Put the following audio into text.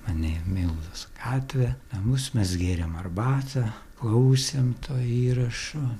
mane į mildos gatvę namus mes gėrėm arbatą klausėm to įrašo